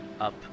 up